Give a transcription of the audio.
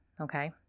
Okay